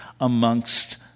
amongst